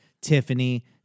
Tiffany